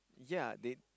ya they